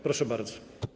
Proszę bardzo.